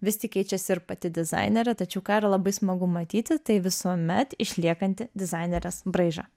vis tik keičiasi ir pati dizainerė tačiau ką yra labai smagu matyti tai visuomet išliekantį dizainerės braižą